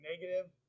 negative